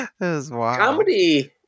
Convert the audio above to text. comedy